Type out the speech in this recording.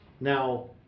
Now